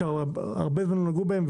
שזמן רב לא נגעו בהם,